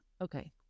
Okay